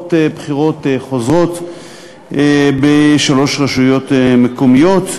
מערכות בחירות חוזרות בשלוש רשויות מקומיות.